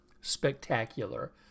spectacular